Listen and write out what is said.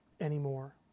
anymore